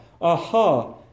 aha